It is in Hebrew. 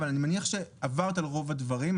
אבל אני מניח שעברת על רוב הדברים.